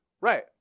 Right